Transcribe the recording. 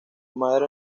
madre